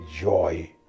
joy